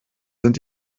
sind